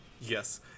yes